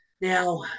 Now